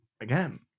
again